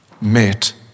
met